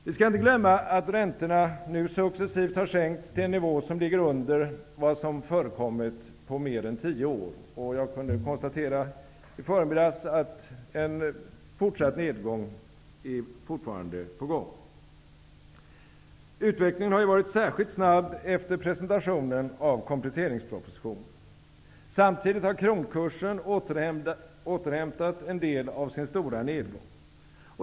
Vi skall inte glömma att räntorna nu successivt har sänkts till en nivå som ligger under vad som förekommit på mer än tio år. Jag kunde i förmiddags konstatera att nedgången fortsätter. Utvecklingen har varit särskilt snabb efter presentationen av kompletteringspropositionen. Samtidigt har kronkursen återhämtat en del av sin stora nedgång.